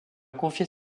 confier